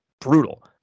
brutal